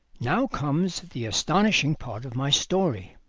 now comes the astonishing part of my story.